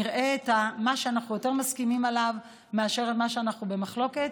נראה את מה שאנחנו מסכימים עליו יותר מאשר את מה שאנחנו במחלוקת.